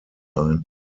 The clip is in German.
ein